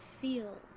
feel